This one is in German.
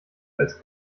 als